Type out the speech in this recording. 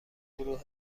گروه